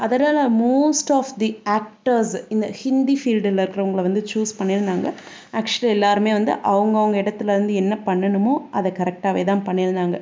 அதனால் most of the actors இந்த ஹிந்தி ஃபீல்டில் இருக்கிறவங்கள வந்து ச்சூஸ் பண்ணியிருந்தாங்க ஆக்சுவலி எல்லோருமே வந்து அவங்கவுங்க இடத்துலேருந்து என்ன பண்ணணுமோ அதை கரெக்டாகவே தான் பண்ணியிருந்தாங்க